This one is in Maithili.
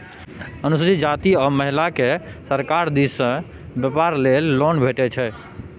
अनुसूचित जाती आ महिलाकेँ सरकार दिस सँ बेपार लेल लोन भेटैत छै